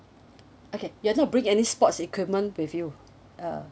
okay you're not bringing any sports equipment with you uh